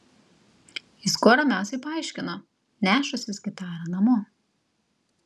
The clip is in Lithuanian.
jis kuo ramiausiai paaiškino nešąsis gitarą namo